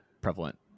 prevalent